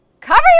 Cover